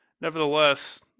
Nevertheless